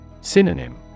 Synonym